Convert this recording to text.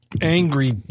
angry